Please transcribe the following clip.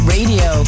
Radio